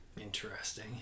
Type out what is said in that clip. Interesting